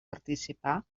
participar